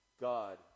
God